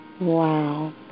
Wow